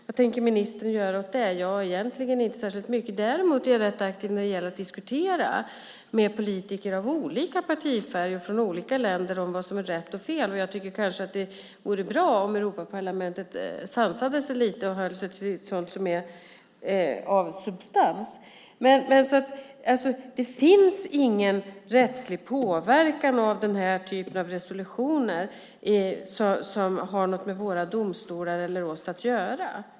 Vad tänker ministern göra åt det här? Ja, egentligen inte särskilt mycket. Däremot är jag rätt aktiv när det gäller att diskutera med politiker av olika partifärger och från olika länder om vad som är rätt och fel. Och jag tycker att det kanske vore bra om Europaparlamentet sansade sig lite och höll sig till sådant som är av substans. Det finns ingen rättslig påverkan av den här typen av resolutioner som har något med våra domstolar eller oss att göra.